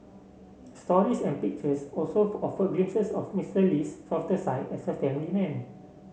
stories and pictures also offered glimpses of Mister Lee's softer side as a family man